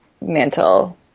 mental